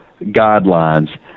guidelines